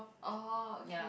oh okay